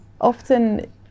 Often